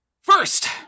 First